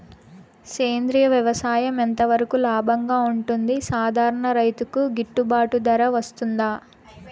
సేంద్రియ వ్యవసాయం ఎంత వరకు లాభంగా ఉంటుంది, సాధారణ రైతుకు గిట్టుబాటు ధర వస్తుందా?